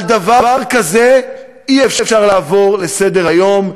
על דבר כזה אי-אפשר לעבור לסדר-היום,